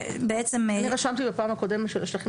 אני רשמתי בפעם הקודמת שעל השטחים